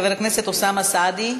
חבר הכנסת אוסאמה סעדי.